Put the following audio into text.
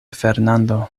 fernando